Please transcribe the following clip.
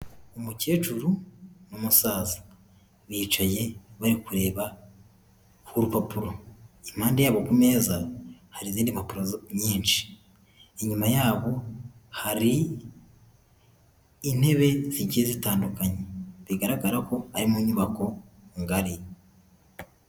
Umukecuru n'umusaza bicaye bari kureba ku rupapuro impande yabo ku meza hari izindi mpapuro nyinshi inyuma yabo hari intebe zigiye zitandukanye bigaragara ko ari mu nyubako ngari.